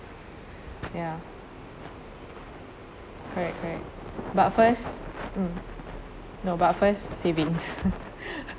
ya correct correct but first mm no but first savings